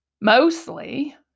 mostly